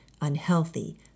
unhealthy